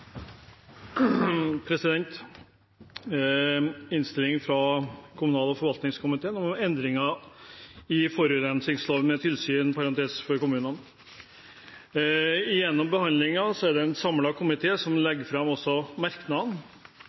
gjelder innstilling fra kommunal- og forvaltningskomiteen om endringer i forurensningsloven med tilsyn for kommunene. Gjennom behandlingen er det en samlet komité som legger fram også